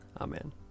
Amen